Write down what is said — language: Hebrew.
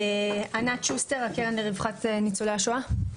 ענת שוסטר הקרן לרווחת ניצולי השואה.